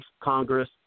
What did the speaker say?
Congress